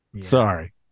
Sorry